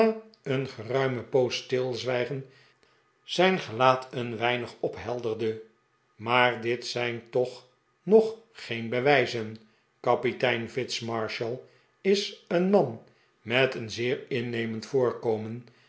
na een'geruime poos stilzwijgen zjjn gelaat een wei nig ophelderde maar dit zijn toch nog geen bewijzen kapitein fitz marshall is een man met een zeer innemend voorko